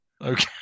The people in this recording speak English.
okay